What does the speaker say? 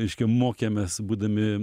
reiškia mokėmės būdami